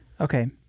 Okay